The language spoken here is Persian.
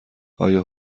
آیا